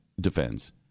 defends